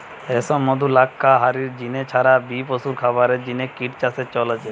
রেশম, মধু, লাক্ষা হারির জিনে ছাড়া বি পশুর খাবারের জিনে কিট চাষের চল আছে